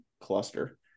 cluster